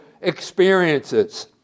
experiences